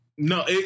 No